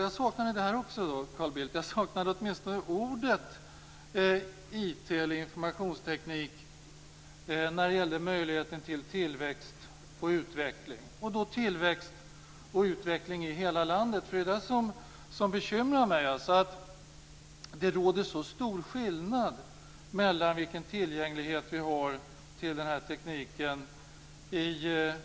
Jag saknade ordet informationsteknik när det gällde möjligheterna till tillväxt och utveckling i hela landet. Det bekymrar mig att det råder så stora skillnader i tillgänglighet till den här tekniken.